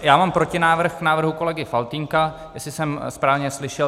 Já mám protinávrh k návrhu kolegy Faltýnka, jestli jsem správně slyšel.